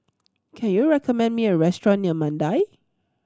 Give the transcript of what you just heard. can you recommend me a restaurant near Mandai